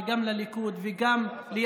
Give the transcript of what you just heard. אני מקווה שגם לך וגם לליכוד וגם ליהדות,